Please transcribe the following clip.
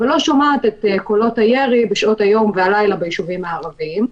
אבל לא שומעת את קולות הירי בשעות היום והלילה ביישובים הערביים,